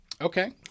Okay